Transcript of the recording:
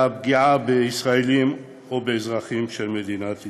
פגיעה בישראלים או באזרחים של מדינת ישראל,